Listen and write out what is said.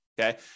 okay